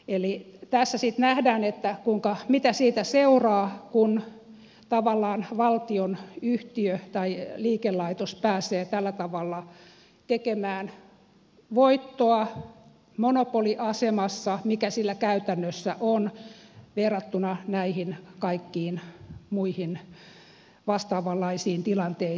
tässä sitten nähdään mitä siitä seuraa kun tavallaan valtion yhtiö tai liikelaitos pääsee tällä tavalla tekemään voittoa monopoliasemassa mikä sillä käytännössä on verrattuna näihin kaikkiin muihin vastaavanlaisiin tilanteisiin